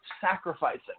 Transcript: sacrificing